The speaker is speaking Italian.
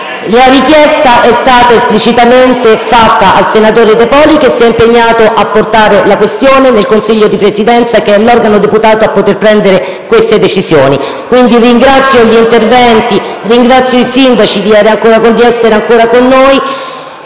La richiesta è stata esplicitamente fatta al senatore De Poli, che si è impegnato a portare la questione in Consiglio di Presidenza, che è l'organo deputato a poter prendere decisioni di questo tipo. Ringrazio gli intervenuti, ringrazio i sindaci per essere ancora con noi.